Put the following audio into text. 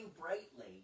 brightly